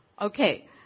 Okay